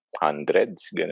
hundreds